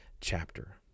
chapter